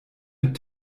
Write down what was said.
mit